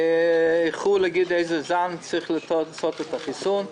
איזה זן צריך לעשות את החיסון.